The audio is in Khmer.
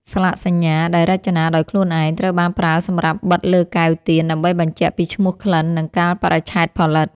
ស្លាកសញ្ញា ដែលរចនាដោយខ្លួនឯង ត្រូវបានប្រើសម្រាប់បិទលើកែវទៀនដើម្បីបញ្ជាក់ពីឈ្មោះក្លិន និងកាលបរិច្ឆេទផលិត។